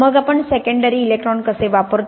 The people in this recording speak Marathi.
मग आपण सेकंडरी इलेक्ट्रॉन कसे वापरतो